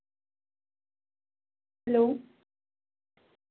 hello